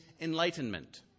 enlightenment